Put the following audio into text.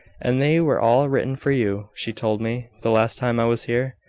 and they were all written for you! she told me, the last time i was here,